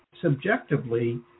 subjectively